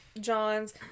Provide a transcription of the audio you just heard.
John's